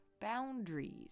boundaries